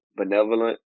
benevolent